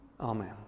Amen